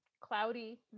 cloudy